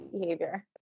behavior